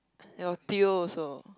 oh Theo also